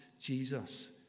Jesus